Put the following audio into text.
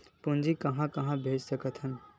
पूंजी कहां कहा भेज सकथन?